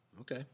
Okay